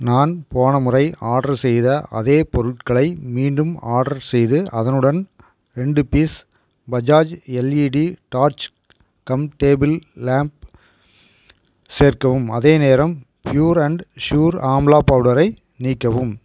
நான் போன முறை ஆட்ரு செய்த அதே பொருட்களை மீண்டும் ஆர்டர் செய்து அதனுடன் ரெண்டு piece Bajaj LED torch cum table lamp சேர்க்கவும் அதேநேரம் ப்யூர் அண்ட் ஷுர் ஆம்லா பவுடரை நீக்கவும்